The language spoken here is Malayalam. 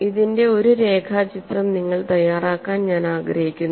ഇതിന്റെ ഒരു രേഖാചിത്രം നിങ്ങൾ തയ്യാറാക്കാൻ ഞാൻ ആഗ്രഹിക്കുന്നു